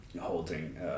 holding